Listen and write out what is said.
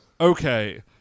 Okay